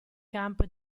camp